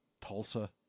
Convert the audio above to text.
Tulsa